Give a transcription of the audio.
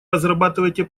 разрабатываете